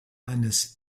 eines